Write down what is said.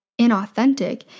inauthentic